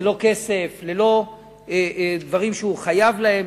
ללא כסף, ללא דברים שהוא חייב להם.